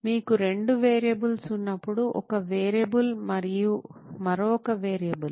మీకు రెండు వేరియబుల్స్ ఉన్నప్పుడు ఒక వేరియబుల్ మరియు మరొక వేరియబుల్